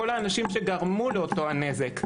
כל האנשים שגרמו לנזק,